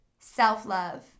self-love